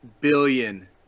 billion